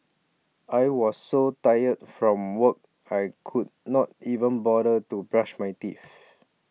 I was so tired from work I could not even bother to brush my teeth